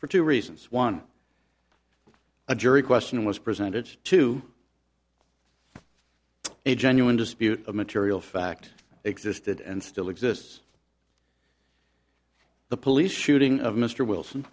for two reasons one a jury question was presented to a genuine dispute of material fact existed and still exists the police shooting of mr wilson